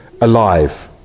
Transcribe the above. alive